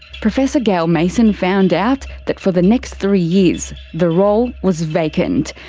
professor gail mason found out that for the next three years, the role was vacant.